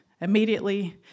Immediately